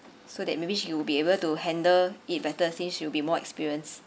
so that maybe she will be able to handle it better since she'll be more experienced